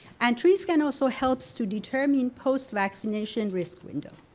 and tree scan also helps to determine post-vaccination risk window.